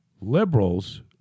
liberals